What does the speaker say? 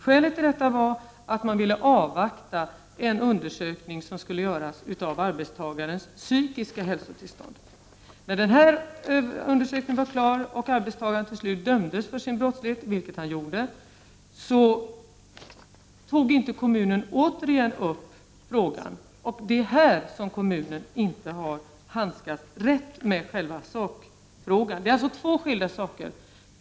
Skälet till detta var att man ville avvakta den undersökning av arbetstagarens psykiska hälsotillstånd som skulle göras. När denna undersökning var klar och arbetstagaren dömts för sin brottslighet, vilket skedde, tog kommunen inte på nytt upp frågan. Det är här som kommunen inte har handskats rätt med själva sakfrågan. Det är alltså fråga om två skilda saker.